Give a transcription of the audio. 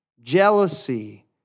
jealousy